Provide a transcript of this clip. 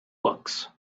looks